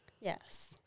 Yes